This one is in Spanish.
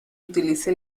utiliza